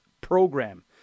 program